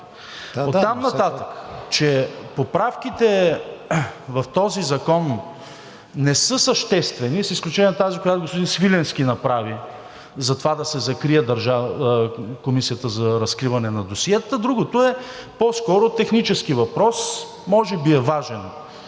Оттам нататък, че поправките в този закон не са съществени с изключение на тази, която господин Свиленски направи, за това да се закрие Комисията за разкриване на досиетата, другото е по-скоро технически въпрос. Може би е важен